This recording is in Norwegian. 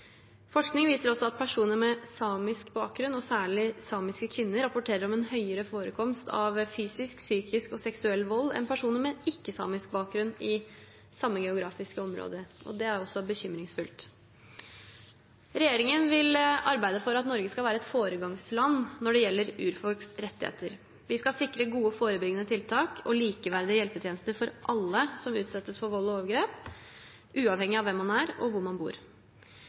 Forskning viser også at personer med samisk bakgrunn, og særlig samiske kvinner, rapporterer om en høyere forekomst av fysisk, psykisk og seksuell vold enn personer med ikke-samisk bakgrunn i samme geografiske område – og det er også bekymringsfullt. Regjeringen vil arbeide for at Norge skal være et foregangsland når det gjelder urfolks rettigheter. Vi skal sikre gode forebyggende tiltak og likeverdige hjelpetjenester for alle som utsettes for vold og overgrep, uavhengig av hvem man er og hvor man bor.